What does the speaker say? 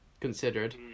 Considered